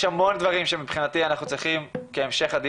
יש המון דברים שמבחינתי אנחנו צריכים לעשות,